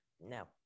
No